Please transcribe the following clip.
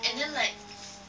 mm